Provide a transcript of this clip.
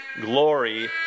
glory